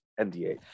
NDA